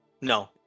No